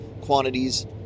quantities